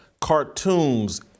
cartoons